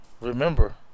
Remember